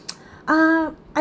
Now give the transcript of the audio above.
ah